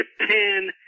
Japan